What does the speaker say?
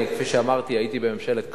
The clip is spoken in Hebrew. כפי שאמרתי, הייתי בממשלת קדימה,